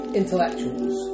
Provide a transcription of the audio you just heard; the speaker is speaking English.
intellectuals